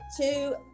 two